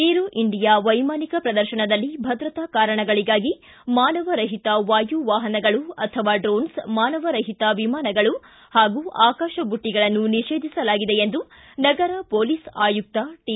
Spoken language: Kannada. ಏರೋ ಇಂಡಿಯಾ ವೈಮಾನಿಕ ಪ್ರದರ್ಶನದಲ್ಲಿ ಭದ್ರತಾ ಕಾರಣಗಳಿಗಾಗಿ ಮಾನವರಹಿತ ವಾಯು ವಾಹನಗಳು ಅಥವಾ ಡ್ರೋನ್ ಮಾನವರಹಿತ ವಿಮಾನಗಳ ಹಾಗೂ ಆಕಾಶಬುಟ್ಟಿಗಳನ್ನು ನಿಷೇಧಿಸಲಾಗಿದೆ ಎಂದು ನಗರ ಪೊಲೀಸ್ ಆಯುಕ್ತ ಟಿ